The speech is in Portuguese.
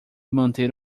manter